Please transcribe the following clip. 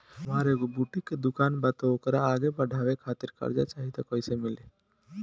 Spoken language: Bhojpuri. हमार एगो बुटीक के दुकानबा त ओकरा आगे बढ़वे खातिर कर्जा चाहि त कइसे मिली?